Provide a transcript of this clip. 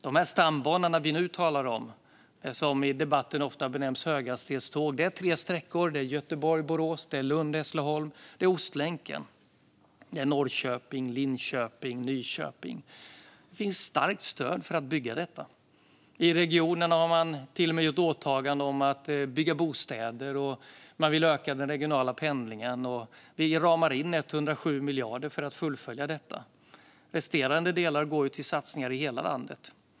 De stambanor som vi nu talar om och som i debatten ofta benämns höghastighetståg är tre sträckor: Göteborg-Borås, Lund-Hässleholm och Ostlänken - Norrköping-Linköping-Nyköping. Det finns ett starkt stöd för att bygga dem. I regionerna har man till och med gjort åtaganden att bygga bostäder, och man vill öka den regionala pendlingen. Vi ramar in 107 miljarder för att fullfölja detta. Resterande delar går till satsningar i hela landet.